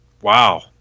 Wow